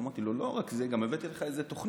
אמרתי לו: לא רק זה, גם הבאתי לך תוכנית